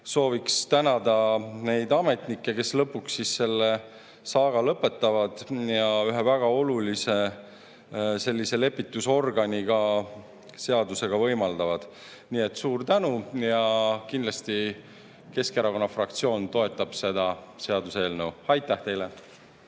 soovin tänada neid ametnikke, kes selle saaga lõpetavad ja ühe väga olulise organi, sellise lepitusorgani [loomist] seadusega võimaldavad. Nii et suur tänu! Kindlasti Keskerakonna fraktsioon toetab seda seaduseelnõu. Aitäh teile!